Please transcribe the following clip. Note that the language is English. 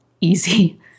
easy